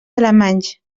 alemanys